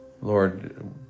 Lord